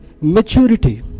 maturity